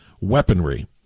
weaponry